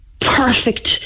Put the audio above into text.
perfect